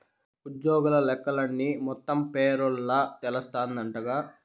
ఉజ్జోగుల లెక్కలన్నీ మొత్తం పేరోల్ల తెలస్తాందంటగా